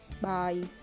bye